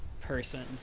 Person